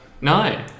No